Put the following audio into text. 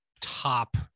Top